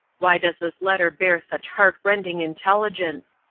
why does this letter bear such heart-rending intelligence?